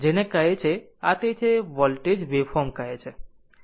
આમ આ જેને આ કહે છે આ તે છે જેને વોલ્ટેજ વેવફોર્મ કહે છે